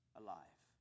alive